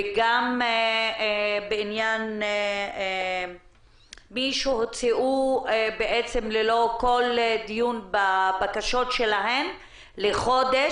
וגם בעניין מי שהוצאו ללא כל דיון בבקשות שלהן לחודש.